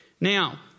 Now